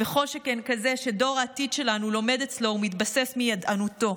וכל שכן כזה שדור העתיד שלנו לומד אצלו ומתבסס מידענותו.